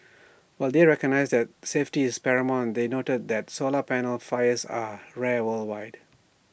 while they recognised that safety is paramount they noted that solar panel fires are rare worldwide